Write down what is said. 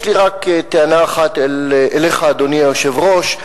יש לי רק טענה אחת, אליך, אדוני היושב-ראש: